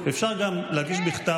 אפשר גם להגיש בכתב,